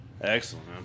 Excellent